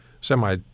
semi